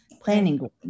planning